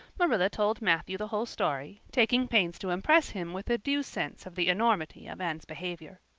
marilla told matthew the whole story, taking pains to impress him with a due sense of the enormity of anne's behavior.